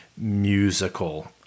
musical